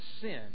sin